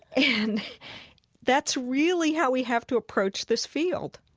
and that's really how we have to approach this field.